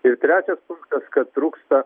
ir trečias punktas kad trūksta